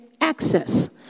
access